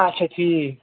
آچھا ٹھیٖک